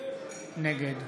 נגד